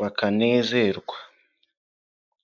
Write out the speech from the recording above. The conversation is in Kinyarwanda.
bakanezerwa.